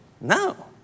no